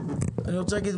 אני פותח את הישיבה.